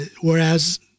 Whereas